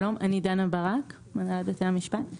שלום, אני מהנהלת בתי המשפט.